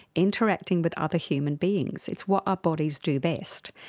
interacting with other human beings. it's what our bodies do best.